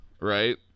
right